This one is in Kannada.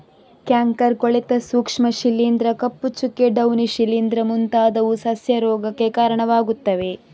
ಕ್ಯಾಂಕರ್, ಕೊಳೆತ ಸೂಕ್ಷ್ಮ ಶಿಲೀಂಧ್ರ, ಕಪ್ಪು ಚುಕ್ಕೆ, ಡೌನಿ ಶಿಲೀಂಧ್ರ ಮುಂತಾದವು ಸಸ್ಯ ರೋಗಕ್ಕೆ ಕಾರಣವಾಗುತ್ತವೆ